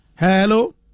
Hello